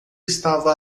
estava